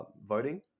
voting